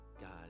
God